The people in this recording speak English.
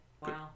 Wow